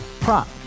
prop